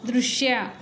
ದೃಶ್ಯ